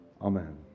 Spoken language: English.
amen